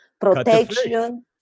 protection